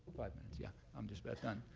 five minutes, yeah. i'm just about done.